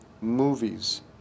movies